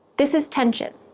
this is tension.